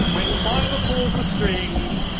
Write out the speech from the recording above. when clover pulls the strings,